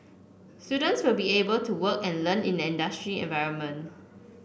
students will be able to work and learn in an industry environment